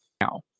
Now